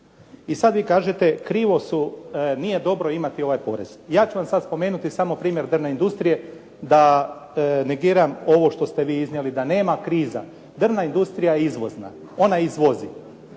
I sad vi kažete krivo su, nije dobro imati ovaj porez. Ja ću vam sad spomenuti samo primjer drvne industrije, da negiram ovo što ste vi iznijeli da nema kriza. Drvna industrija je izvozna, ona izvozi.